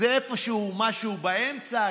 זה איפשהו משהו באמצע,